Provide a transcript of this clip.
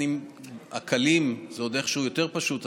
הקלים זה עוד איכשהו יותר פשוט,